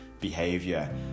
behavior